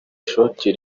ishoti